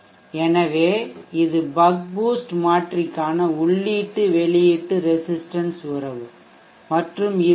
எனவே இது buck boost மாற்றிக்கான உள்ளீட்டு வெளியீட்டு ரெசிஸ்ட்டன்ஸ் உறவு மற்றும் இது பி